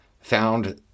found